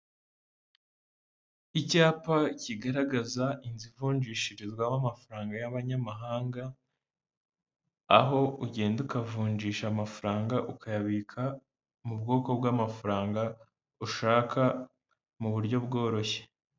Icyapa kigaragaza inzu ivunjishirizwamo amafaranga y'amanyamahanga, aho ugenda ukavunjisha amafaranga, ukayabika mu bwoko bw'amafaranga ushaka, mu buryo bworoshye.